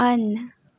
on